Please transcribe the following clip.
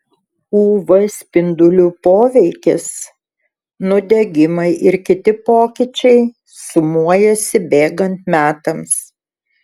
uv spindulių poveikis nudegimai ir kiti pokyčiai sumuojasi bėgant metams